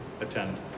attend